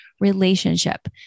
relationship